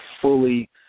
fully